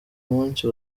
munsi